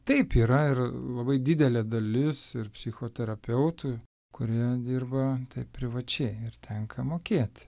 taip yra ir labai didelė dalis ir psichoterapeutų kurie dirba taip privačiai ir tenka mokėti